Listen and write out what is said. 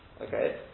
Okay